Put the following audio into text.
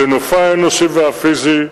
לנופה האנושי והפיזי,